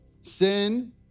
Sin